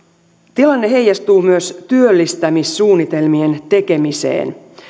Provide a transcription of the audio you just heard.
tilanne heijastuu myös työllistämissuunnitelmien tekemiseen